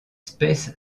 space